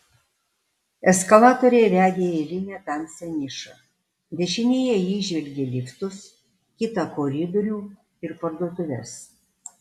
eskalatoriai vedė į eilinę tamsią nišą dešinėje jie įžvelgė liftus kitą koridorių ir parduotuves